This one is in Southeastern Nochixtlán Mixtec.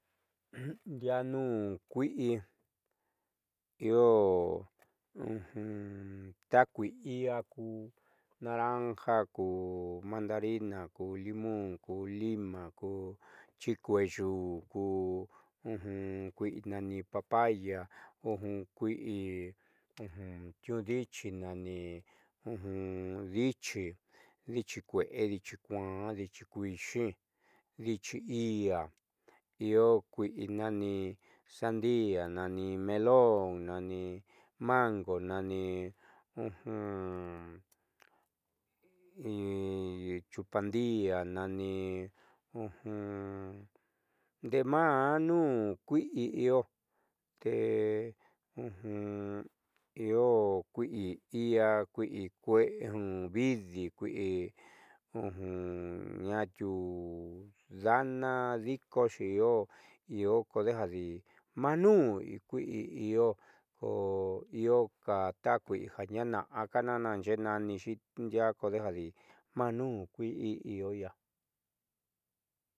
Ndiaa nuun kui'i io ta kui'i i'ia ku naranja ku mandarina ku limón ku lima kuyiikueexu'u ku kui'i nani papaya kui'i niuudiichikue'e dichi kuaan dichi kuixidichi i'ia io kui'i nani sandia nani malón nani mango nani chupandíaa nani ndee maa nuun kuii io te io kui'i i'ia kui'ividi kui'iñaatiuu daana dikoxi i'o io kodejadi maa nuun kui'i i'o koii'oka taj kui'ija na'ana naaxe'e naanixi maa nuun kui'i io i'ia